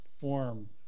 form